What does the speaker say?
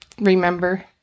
remember